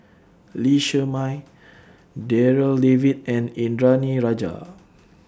Lee Shermay Darryl David and Indranee Rajah